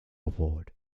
award